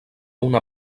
una